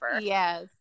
Yes